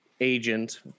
agent